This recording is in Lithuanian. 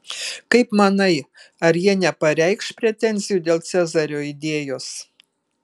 kaip manai ar jie nepareikš pretenzijų dėl cezario idėjos